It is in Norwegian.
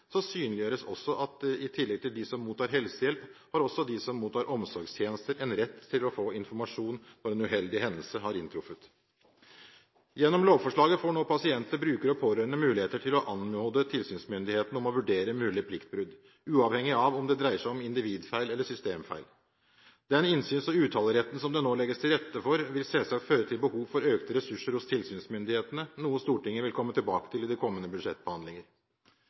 at i tillegg til dem som mottar helsehjelp, har også de som mottar omsorgstjenester, en rett til å få informasjon når en uheldig hendelse har inntruffet. Gjennom lovforslaget får nå pasienter, brukere og pårørende mulighet til å anmode tilsynsmyndighetene om å vurdere mulige pliktbrudd, uavhengig av om det dreier seg om individfeil eller systemfeil. Den innsyns- og uttaleretten som det nå legges til rette for, vil selvsagt føre til behov for økte ressurser hos tilsynsmyndighetene, noe Stortinget vil komme tilbake til i de kommende